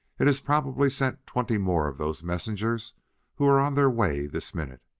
it has probably sent twenty more of those messengers who are on their way this minute,